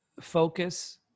focus